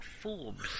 Forbes